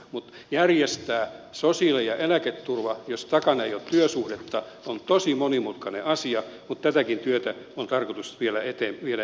mutta järjestää sosiaali ja eläketurva jos takana ei ole työsuhdetta on tosi monimutkainen asia mutta tätäkin työtä on tarkoitus viedä eteenpäin